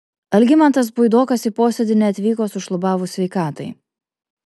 algimantas puidokas į posėdį neatvyko sušlubavus sveikatai